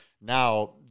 Now